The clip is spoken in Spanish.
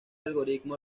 algoritmo